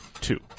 two